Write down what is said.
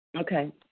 Okay